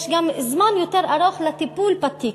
יש גם זמן יותר ארוך לטיפול בתיק,